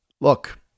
look